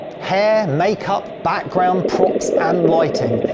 hair, makeup, background, props and lighting.